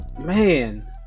Man